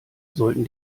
sollten